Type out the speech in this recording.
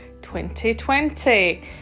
2020